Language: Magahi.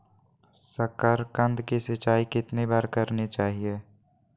साकारकंद की सिंचाई कितनी बार करनी चाहिए?